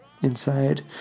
inside